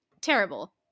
terrible